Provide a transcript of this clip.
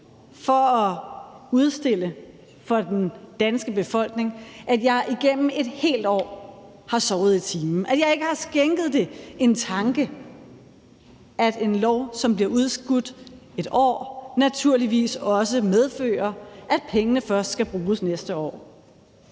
for at udstille for den danske befolkning, at jeg igennem et helt år havde sovet i timen; at jeg ikke havde skænket det en tanke, at en lov, som bliver udskudt et år, naturligvis også medfører, at pengene først skal bruges næste år.